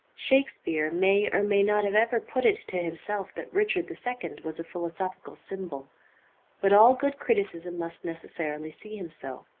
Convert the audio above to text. shakespeare may or may not have ever put it to himself that richard the second was a philosophical symbol but all good criticism must necessarily see him so.